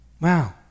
Wow